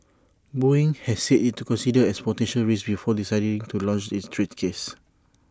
boeing has said IT considered as potential risks before deciding to launch its trade case